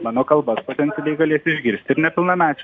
mano kalbas potencialiai galės išgirsti ir nepilnamečiai